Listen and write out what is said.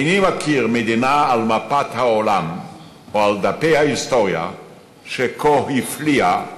איני מכיר מדינה על מפת העולם או על דפי ההיסטוריה שכה הפליאה לעשות,